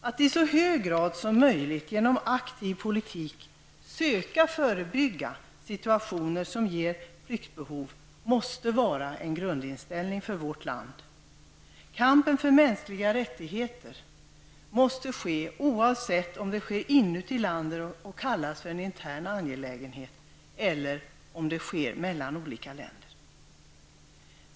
Att i så hög grad som möjligt genom aktiv politik söka förebygga situationer som ger flyktbehov måste vara en grundinställning för vårt land. Kampen för mänskliga rättigheter måste föras oavsett om förbrytelser mot dessa rättigheter sker inuti ett land och kallas för en intern angelägenhet eller om brotten sker mellan olika länder.